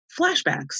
flashbacks